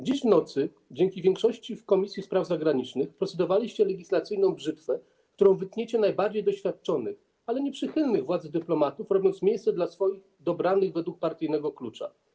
Dziś w nocy, dzięki większości w Komisji Spraw Zagranicznych, procedowaliście nad legislacyjną brzytwą, którą wytniecie najbardziej doświadczonych, ale nie przychylnych władzy dyplomatów, robiąc miejsce dla swoich, dobranych według partyjnego klucza.